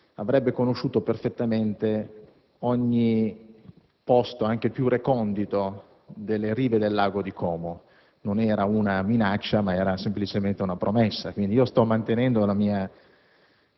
avrebbe conosciuto perfettamente anche i posti più reconditi delle rive del lago di Como. Non era una minaccia, ma semplicemente una promessa. Quindi, sto mantenendo la mia